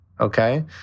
okay